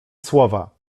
słowa